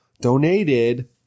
donated